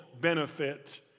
benefit